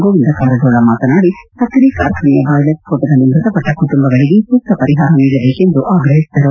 ಗೋವಿಂದ ಕಾರಜೋಳ ಮಾತನಾಡಿ ಸಕ್ಕರೆ ಕಾರ್ಖಾನೆಯ ಬಾಯ್ಲರ್ ಸ್ವೋಣದಲ್ಲಿ ಮೃತಪಟ್ಟ ಕುಟುಂಬಗಳಿಗೆ ಸೂಕ್ತ ಪರಿಹಾರ ನೀಡಬೇಕೆಂದು ಆಗ್ರಹಿಸಿದರು